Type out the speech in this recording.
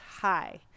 hi